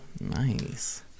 Nice